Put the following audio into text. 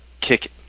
kick